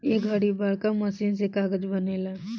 ए घड़ी बड़का मशीन से कागज़ बनेला